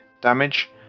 damage